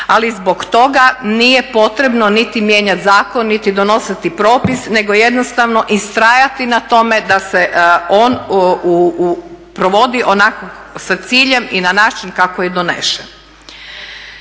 Ali zbog toga nije potrebno niti mijenjati zakon, niti donositi propis nego jednostavno ustrajati na tome da se on provodi onako, sa ciljem i na način kako je donesen.